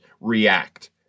react